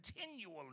continually